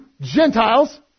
Gentiles